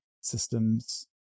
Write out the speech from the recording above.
systems